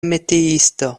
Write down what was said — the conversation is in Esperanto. metiisto